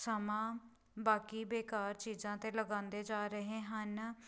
ਸਮਾਂ ਬਾਕੀ ਬੇਕਾਰ ਚੀਜ਼ਾਂ 'ਤੇ ਲਗਾਉਂਦੇ ਜਾ ਰਹੇ ਹਨ